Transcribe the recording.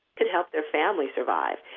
could help their family survive.